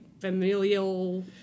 familial